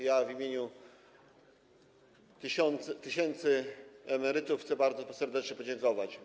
Ja w imieniu tysięcy emerytów chcę bardzo serdecznie podziękować.